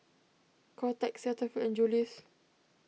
Kotex Cetaphil and Julie's